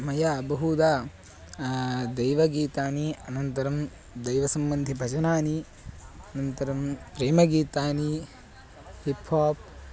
मया बहुधा दैवगीतानि अनन्तरं दैवसम्बन्धिभजनानि अनन्तरं प्रेमगीतानि हिप् हाप्